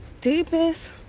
deepest